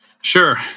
Sure